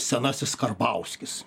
senasis karbauskis